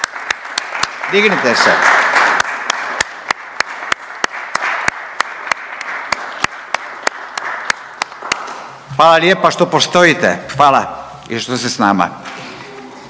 Dignite se. Hvala lijepa što postojite, hvala i što ste s nama.